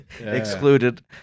excluded